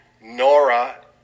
Nora